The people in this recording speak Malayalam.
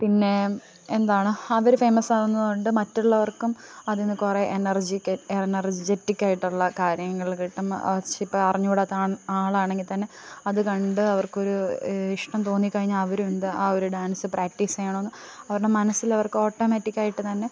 പിന്നേ എന്താണ് അവര് ഫെയിമസ്സാവുന്നത് കൊണ്ട് മറ്റുള്ളവർക്കും അതിനു കുറെ എനർജീക്കെ എനർജെറ്റിക്കായിട്ടുള്ള കാര്യങ്ങള് കിട്ടും അച്ചിപ്പം അറിഞ്ഞൂടാത്ത ആളാണെങ്കിൽ തന്നെ അത് കണ്ട് അവർക്കൊരു ഇഷ്ടം തോന്നിക്കഴിഞ്ഞാൽ അവരെന്ത് അവര് ഡാൻസ് പ്രക്ടീസ് ചെയ്യണമെന്ന് അവരുടെ മനസ്സിലവർക്ക് ഓട്ടോമേറ്റിക്കായിട്ട് തന്നെ